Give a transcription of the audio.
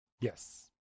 Yes